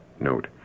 Note